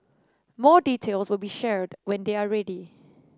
more details will be shared when they are ready